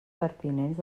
pertinents